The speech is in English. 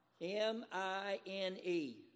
M-I-N-E